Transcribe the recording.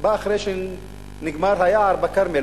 הוא בא אחרי שנגמר היער בכרמל,